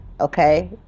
okay